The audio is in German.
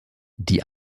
die